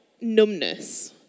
numbness